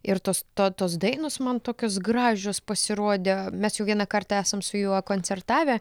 ir tos to tos dainos man tokios gražios pasirodė mes jau vieną kartą esam su juo koncertavę